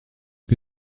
que